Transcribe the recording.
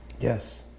Yes